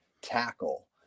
tackle